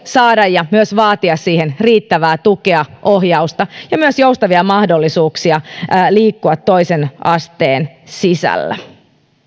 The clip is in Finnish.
saada ja myös vaatia siihen riittävää tukea ohjausta ja myös joustavia mahdollisuuksia liikkua toisen asteen sisällä